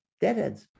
deadheads